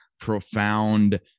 profound